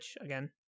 again